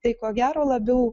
tai ko gero labiau